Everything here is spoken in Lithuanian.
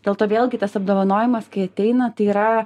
dėl to vėlgi tas apdovanojimas kai ateina tai yra